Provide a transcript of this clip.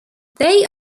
they